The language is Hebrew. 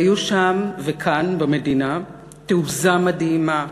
והיו שם, וכאן במדינה, תעוזה מדהימה,